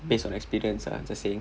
based on experience ah just saying